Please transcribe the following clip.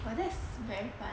but that's very eh